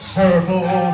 purple